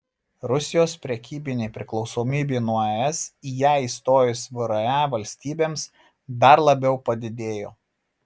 rusijos prekybinė priklausomybė nuo es į ją įstojus vre valstybėms dar labiau padidėjo